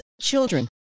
Children